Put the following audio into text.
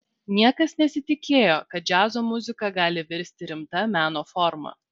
niekas nesitikėjo kad džiazo muzika gali virsti rimta meno forma